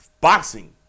boxing